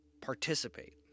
participate